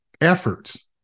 efforts